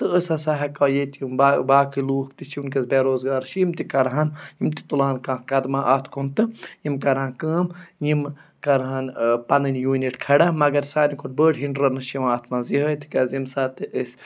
تہٕ أسۍ ہَسا ہٮ۪کٕہو ییٚتہِ یِم با باقٕے لوٗکھ تہِ چھِ وٕنۍکٮ۪س بے روزگار چھِ یِم تہِ کَرٕہَن یِم تہِ تُلہٕ ہَن کانٛہہ قدمہ اَتھ کُن تہٕ یِم کَرٕہَن کٲم یِم کَرٕہَن پَنٕنۍ یوٗنِٹ کھَڑا مگر ساروے کھۄتہٕ بٔڑ ہِںٛڈرٛنٕس چھِ یِوان اَتھ منٛز یِہٕے تِکیٛازِ ییٚمہِ ساتہٕ تہِ أسۍ